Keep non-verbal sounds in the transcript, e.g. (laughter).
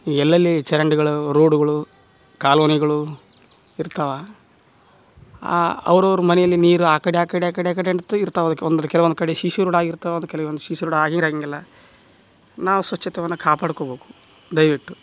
ಎಲ್ಲೆಲ್ಲಿ ಚರಂಡಿಗಳು ರೋಡುಗಳು ಕಾಲೋನಿಗಳು ಇರ್ತವೋ ಅವ್ರವ್ರ ಮನೆಯಲ್ಲಿ ನೀರು ಆ ಕಡೆ ಆ ಕಡೆ (unintelligible) ಇರ್ತವೆ ಅದಕ್ಕೆ ಒಂದು ಕೆಲವೊಂದು ಕಡೆ ಶಿ ಶಿ ರೋಡ್ ಆಗಿರ್ತವೆ ಅದು ಕೆಲ್ವೊಂದು ಶಿ ಸಿ ರೋಡ್ ಆಗಿರೋಂಗಿಲ್ಲ ನಾವು ಶುಚಿತ್ವವನ್ನು ಕಾಪಾಡ್ಕೊಬೇಕು ದಯವಿಟ್ಟು